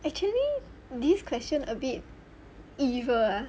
actually this question a bit evil ah